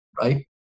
right